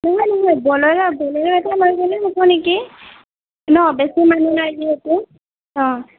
নহয় নহয় Bolero Bolero এটাই লৈ গ'লে হ'ব নেকি নহ্ বেছি মানুহ নাই যিহেতু অঁ